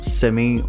semi